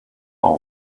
know